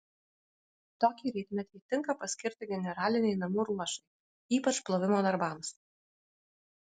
tokį rytmetį tinka paskirti generalinei namų ruošai ypač plovimo darbams